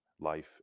life